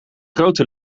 grote